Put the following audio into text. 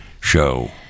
show